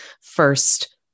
first